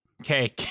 okay